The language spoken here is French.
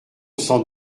sans